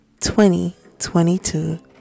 2022